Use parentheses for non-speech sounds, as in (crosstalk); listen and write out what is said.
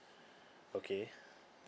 okay (breath)